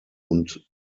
und